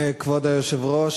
כבוד היושב-ראש,